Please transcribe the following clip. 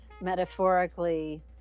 metaphorically